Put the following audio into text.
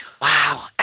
Wow